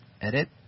edit